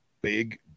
big